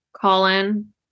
Colin